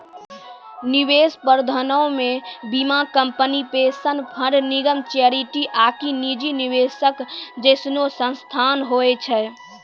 निवेश प्रबंधनो मे बीमा कंपनी, पेंशन फंड, निगम, चैरिटी आकि निजी निवेशक जैसनो संस्थान होय छै